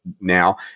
now